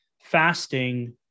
fasting